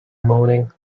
moaning